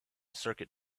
circuit